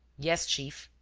yes, chief.